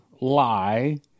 lie